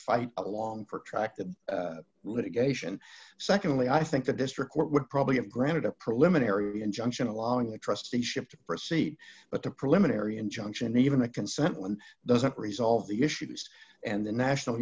fight along for track the litigation secondly i think the district court would probably have granted a preliminary injunction allowing the trusteeship to proceed but the preliminary injunction even a consent one doesn't resolve the issues and the national